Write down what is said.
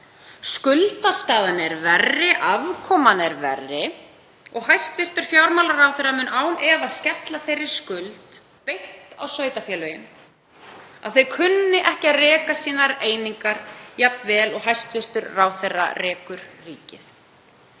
Skuldastaðan er verri, afkoma er verri og hæstv. fjármálaráðherra mun án efa skella þeirri skuld beint á sveitarfélögin, að þau kunni ekki að reka einingar sínar jafn vel og hæstv. ráðherra rekur ríkið.